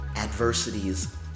adversities